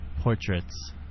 portraits